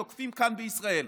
תוקפות כאן בישראל,